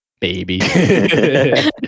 baby